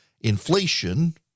Inflation